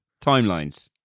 Timelines